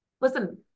listen